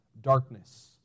darkness